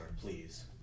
please